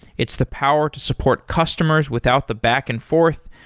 it's the power to support customers without the back and forth,